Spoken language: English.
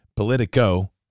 Politico